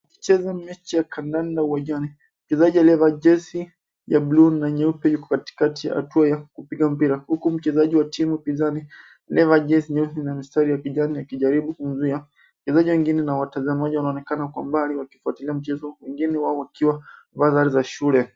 Cheza mechi ya kandanda uwanjani. Mchezaji aliyevaa jezi ya blue na nyeupe yuko katikati ya hatua ya kupiga mpira, huku mchezaji wa timu pinzani aliyevaa jezi nyeupe na mistari ya kijani akijaribu kumzuia. Wachezaji wengine na watazamaji wanaonekana kwa mbali wakifuatilia mchezo, wengine wao wakiwa wamevaa sare za shule.